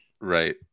Right